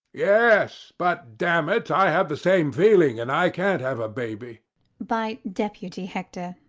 yes, but, damn it, i have the same feeling and i can't have a baby by deputy, hector.